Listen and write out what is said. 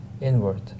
inward